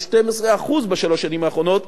בכ-11% 12% בשלוש השנים האחרונות,